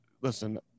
listen